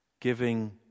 giving